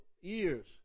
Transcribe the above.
years